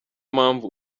mpamvu